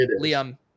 Liam